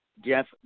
Jeff